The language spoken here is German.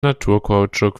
naturkautschuk